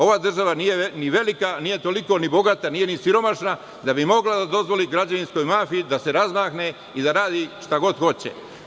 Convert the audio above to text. Ova država nije ni velika, nije toliko ni bogata, nije ni siromašna da bi mogla da dozvoli građevinskoj mafiji da se razmahne i da radi šta god hoće.